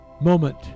moment